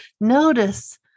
Notice